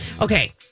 okay